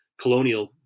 colonial